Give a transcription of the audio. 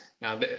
Now